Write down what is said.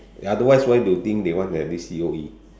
otherwise why do you think they want to have this C_O_E